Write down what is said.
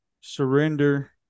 surrender